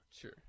Sure